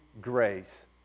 grace